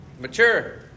Mature